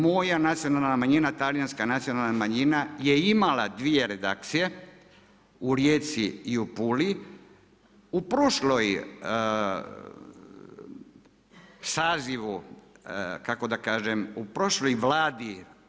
Moja nacionalna manjina, talijanska nacionalna manjina je imala dvije redakcije u Rijeci i u Puli u prošlom sazivu kako da kažem u prošloj Vladi.